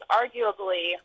arguably